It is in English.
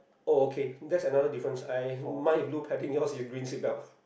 oh okay that is another difference I mine is blue your is green seat belt